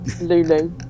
Lulu